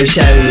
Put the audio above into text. Show